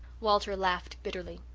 walter laughed bitterly.